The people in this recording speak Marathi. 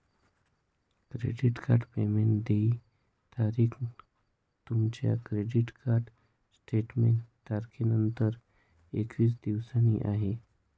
क्रेडिट कार्ड पेमेंट देय तारीख तुमच्या क्रेडिट कार्ड स्टेटमेंट तारखेनंतर एकवीस दिवसांनी आहे